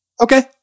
okay